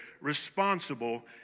responsible